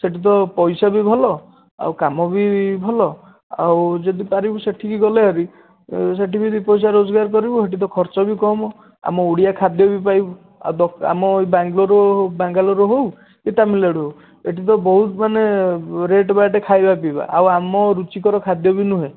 ସେଇଠି ତ ପଇସା ବି ଭଲ ଆଉ କାମ ବି ଭଲ ଆଉ ଯଦି ପାରିବୁ ସେଇଠିକୁ ଗଲେ ଆହୁରି ସେଇଠି ବି ଦୁଇ ପଇସା ରୋଜଗାର କରିବୁ ସେଇଠି ତ ଖର୍ଚ୍ଚ ବି କମ୍ ଆମ ଓଡ଼ିଆ ଖାଦ୍ୟ ବି ପାଇବୁ ଆଉ ଆମ ଏ ବାଙ୍ଗଲୋର୍ ବାଙ୍ଗାଲୋର୍ ହେଉ କି ତାମିଲ୍ନାଡୁ ହେଉ ଏଇଠି ତ ବହୁତ ମାନେ ରେଟ୍ ବାଟ୍ ଖାଇବା ପିଇବା ଆଉ ଆମ ରୁଚିକର ଖାଦ୍ୟ ବି ନୁହେଁ